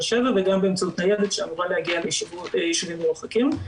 שבע וגם באמצעות ניידת שאמורה להגיע לישובים מרוחקים,